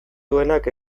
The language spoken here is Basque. duenak